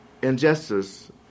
injustice